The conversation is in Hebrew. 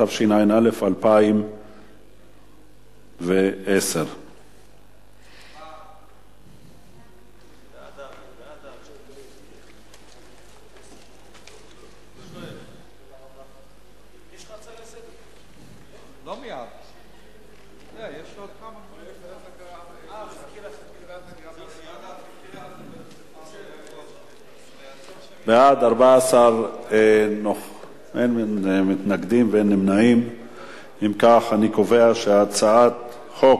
התש"ע 2010. ההצעה להעביר את הצעת חוק